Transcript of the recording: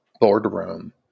boardroom